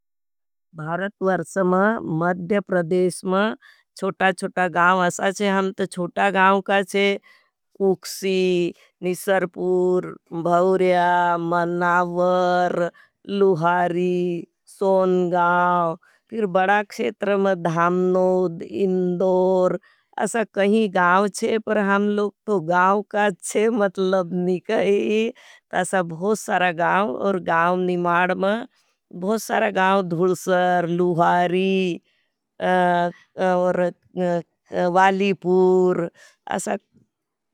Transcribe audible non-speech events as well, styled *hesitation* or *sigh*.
भारत वर्षम मद्य प्रदेश में चोटा चोटा गाव असा चे। हम तो चोटा गाव का चे कुखसी, निशरपूर, भवर्या, मनावर, लुहारी, सोन गाव, फिर बड़ाक शेत्र में धामनोद, इंदोर असा। कहीं गाव चे पर हम लोग तो गाव का चे मतलब निकई। असा बहुत सारा गाव और गाव निमाड में बहुत सारा गाव धुलसर, लुहारी *hesitation* वालीपूर असा *hesitation* चोटा चोटा गाव बहुत चे और गाव को रहन सहन बहुत अच्छो चे।